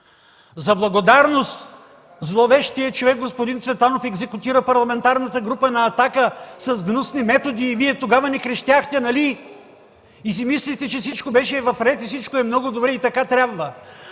За благодарност зловещият човек господин Цветанов екзекутира Парламентарната група на „Атака” с гнусни методи и Вие тогава не крещяхте, нали? И си мислите, че всичко беше в ред и всичко е много добре и така трябва.